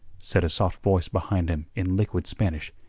said a soft voice behind him in liquid spanish,